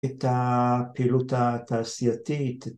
‫את הפעילות התעשייתית.